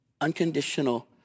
unconditional